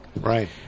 Right